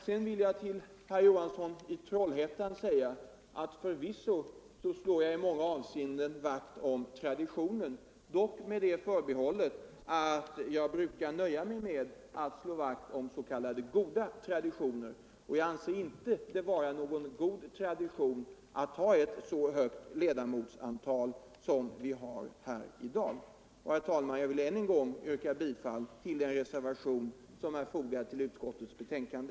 Sedan vill jag till herr Johansson i Trollhättan säga att jag förvisso i många avseenden slår vakt om traditionerna, dock med det förbehållet att jag brukar nöja mig med att slå vakt om s.k. goda traditioner. Jag anser det inte vara någon god tradition att ha ett så stort ledamotsantal som vi har i dag. Herr talman! Jag vill ännu en gång yrka bifall till den reservation som är fogad till utskottets betänkande.